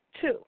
Two